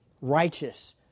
righteous